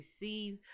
receive